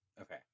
Okay